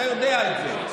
אתה יודע את זה.